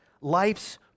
life's